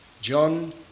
John